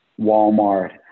Walmart